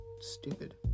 stupid